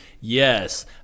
Yes